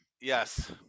Yes